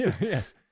yes